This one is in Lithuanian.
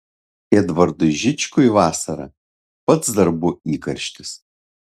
edvardui žičkui vasara pats darbų įkarštis